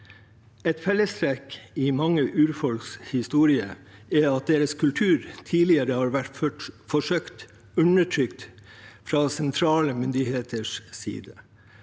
Et fellestrekk i mange urfolks historie er at deres kultur tidligere har vært forsøkt undertrykt fra sentrale myndigheters side.